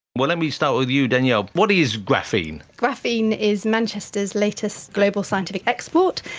well, let me start with you danielle, what is graphene? graphene is manchester's latest global scientific export.